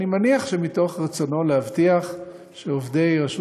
אני מניח שמתוך רצונו להבטיח שעובדי רשות